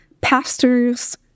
pastors